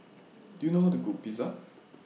Do YOU know How to Cook Pizza